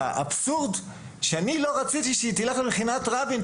האבסורד הוא שאני לא רציתי שהיא תלך למכינת רבין.